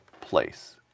place